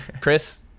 Chris